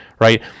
Right